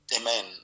Amen